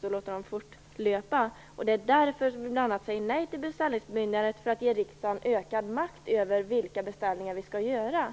låta dem löpa vidare. Det är därför som vi bl.a. säger nej till beställningsbemyndigandet för att ge riksdagen ökad makt över vilka beställningar vi skall göra.